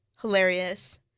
Hilarious